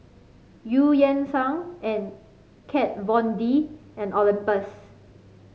Eu Yan Sang and Kat Von D and Olympus